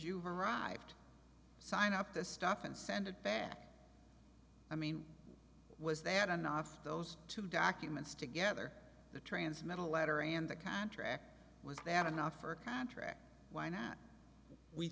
you've arrived sign up this stuff and send it back i mean was they had enough those two documents together the transmetal letter and the contract was that enough for a contract why not we